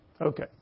Okay